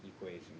equation